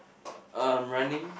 um running